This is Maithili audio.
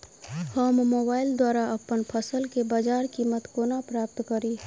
हम मोबाइल द्वारा अप्पन फसल केँ बजार कीमत कोना प्राप्त कड़ी?